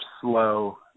slow